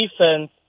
defense